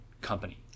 company